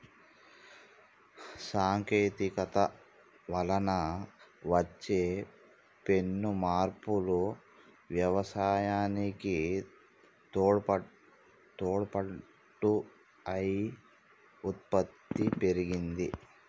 సాంకేతికత వలన వచ్చే పెను మార్పులు వ్యవసాయానికి తోడ్పాటు అయి ఉత్పత్తి పెరిగింది